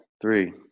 three